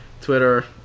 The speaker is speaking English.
Twitter